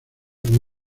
como